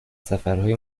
سفرهای